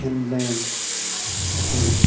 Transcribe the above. Finland Hungary